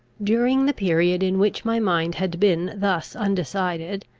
during the period in which my mind had been thus undecided,